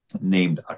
named